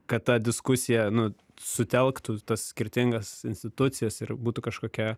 kad ta diskusija nu sutelktų tas skirtingas institucijas ir būtų kažkokia